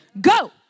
go